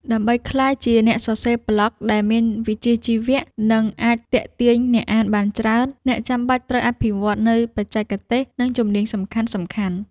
ដើម្បីក្លាយជាអ្នកសរសេរប្លក់ដែលមានវិជ្ជាជីវៈ និងអាចទាក់ទាញអ្នកអានបានច្រើន អ្នកចាំបាច់ត្រូវអភិវឌ្ឍនូវបច្ចេកទេស និងជំនាញសំខាន់ៗ។